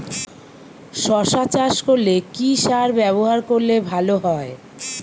শশা চাষ করলে কি সার ব্যবহার করলে ভালো হয়?